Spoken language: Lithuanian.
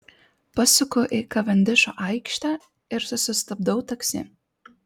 pasuku į kavendišo aikštę ir susistabdau taksi